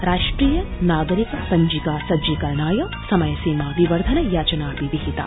राष्ट्रिय नागरिक पञ्जिका सज्जीकरणस्य समय सीमा विवर्धन याचनापि विहिता